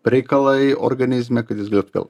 reikalai organizme kad jis galėtų vėl